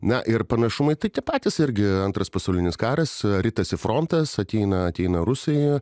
na ir panašai tai tie patys irgi antras pasaulinis karas ritosi frontas ateina ateina rusai